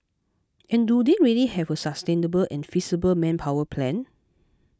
and do they really have a sustainable and feasible manpower plan